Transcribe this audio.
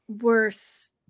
worse